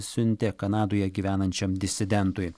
siuntė kanadoje gyvenančiam disidentui